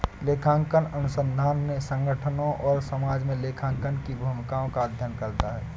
लेखांकन अनुसंधान ने संगठनों और समाज में लेखांकन की भूमिकाओं का अध्ययन करता है